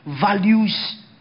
values